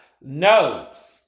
knows